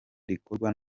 rikorwa